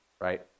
right